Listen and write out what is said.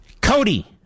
Cody